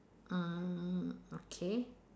mm okay